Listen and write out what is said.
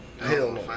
hell